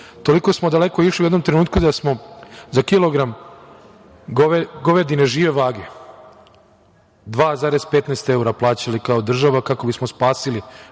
Toliko smo daleko išli u jednom trenutku da smo za kilogram govedine žive vage plaćali 2,15 evra kao država kako bismo spasili